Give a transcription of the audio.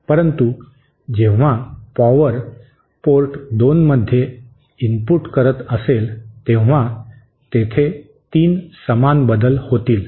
परंतु जेव्हा power port 2 मध्ये इनपुट करत असेल तेव्हा तेथे 3 समान बदल होतील